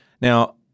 Now